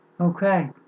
Okay